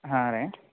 ಹಾಂ ರೀ